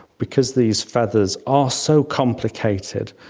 because these feathers are so complicated,